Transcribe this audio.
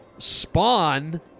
spawn